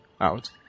out